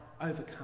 overcome